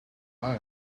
plan